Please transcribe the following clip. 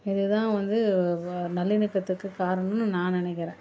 இதுதான் வந்து நல்லிணக்கத்துக்கு காரணம்னு நான் நினைக்கிறேன்